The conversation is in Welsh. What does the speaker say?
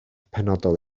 penodol